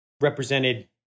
represented